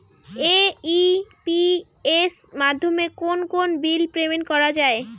AEPS মাধ্যমে কোন কোন বিল পেমেন্ট করা যায়?